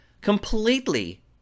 completely